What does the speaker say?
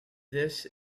this